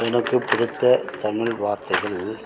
எனக்கு பிடித்த தமிழ் வார்த்தைகள்